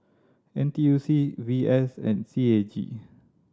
N T U C V S and C A G